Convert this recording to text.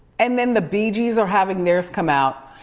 and then the bee gees are having theirs come out.